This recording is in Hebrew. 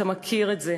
אתה מכיר את זה.